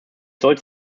sollte